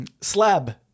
Slab